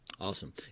Awesome